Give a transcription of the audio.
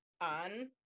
on